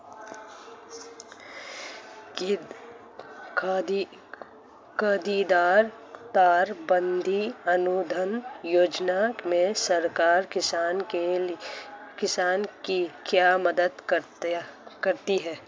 कांटेदार तार बंदी अनुदान योजना में सरकार किसान की क्या मदद करती है?